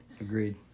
Agreed